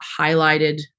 highlighted